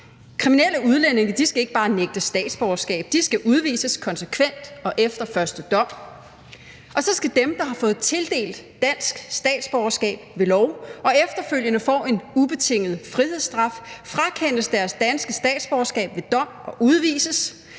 Kriminelle udlændinge skal ikke bare nægtes statsborgerskab, de skal udvises konsekvent og efter første dom, og så skal dem, der har fået tildelt dansk statsborgerskab ved lov og efterfølgende får en ubetinget frihedsstraf, frakendes deres danske statsborgerskab ved dom og udvises.